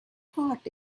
heart